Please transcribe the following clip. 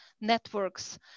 networks